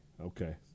Okay